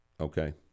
okay